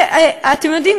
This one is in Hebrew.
אתם יודעים,